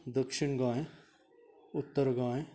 दक्षीण गोंय उत्तर गोंय